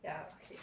yeah okay